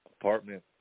apartment